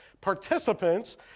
participants